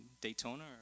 Daytona